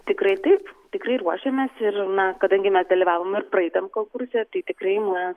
tikrai taip tikrai ruošiamės ir na kadangi mes dalyvavom ir praeitam konkurse tai tikrai na